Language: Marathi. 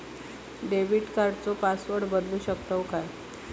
डेबिट कार्डचो पासवर्ड बदलु शकतव काय?